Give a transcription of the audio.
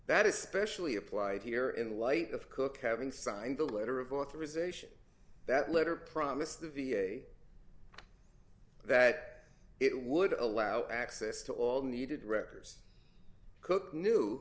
that especially applied here in light of cook having signed the letter of authorization that letter promised the v a that it would allow access to all needed wreckers cook knew